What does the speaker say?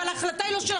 אבל ההחלטה היא לא שלכם,